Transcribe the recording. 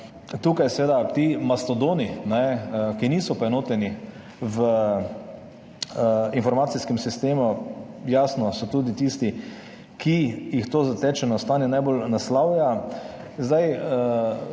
Tukaj seveda ti mastodoni, ki niso poenoteni v informacijskem sistemu, jasno so tudi tisti, ki jih to zatečeno stanje najbolj naslavlja. Zdaj,